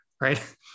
right